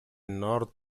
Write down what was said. nord